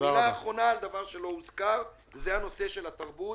מילה אחרונה, על דבר שלא הוזכר, הנושא של התרבות